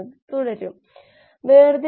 ഇത് സംഭവിച്ചുവെന്ന് നമുക്ക് പറയാം